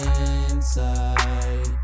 inside